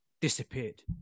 disappeared